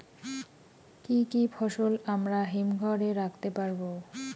কি কি ফসল আমরা হিমঘর এ রাখতে পারব?